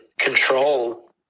control